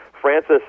Francis